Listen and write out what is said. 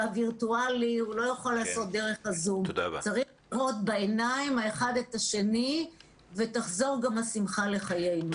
צריך לראות בעיניים האחד את השני ותחזור גם השמחה לחיינו.